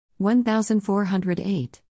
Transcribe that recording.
1408